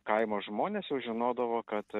kaimo žmonės jau žinodavo kad